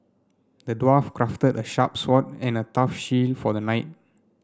the dwarf crafted a sharp sword and a tough shield for the knight